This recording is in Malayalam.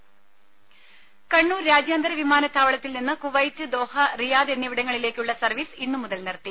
രേര കണ്ണൂർ രാജ്യാന്തര വിമാനത്താവളത്തിൽ നിന്ന് കുവൈത്ത് ദോഹ റിയാദ് എന്നിവിടങ്ങളിലേക്കുള്ള സർവ്വീസ് ഇന്നു മുതൽ നിർത്തി